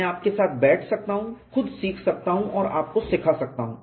मैं आपके साथ बैठ सकता हूं खुद सीख सकता हूं और आपको सिखा सकता हूं